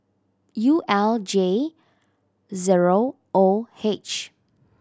U L J zero O H